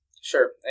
Sure